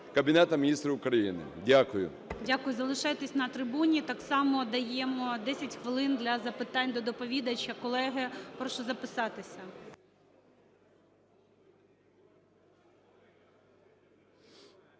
Кабінету Міністрів України. Дякую. ГОЛОВУЮЧИЙ. Дякую. Залишайтеся на трибуні. Так само даємо 10 хвилин для запитань до доповідача. Колеги, прошу записатися.